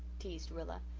teased rilla.